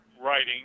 writing